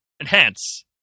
enhance